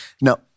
No